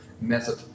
method